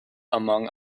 among